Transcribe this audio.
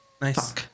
Nice